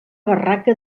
barraca